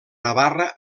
navarra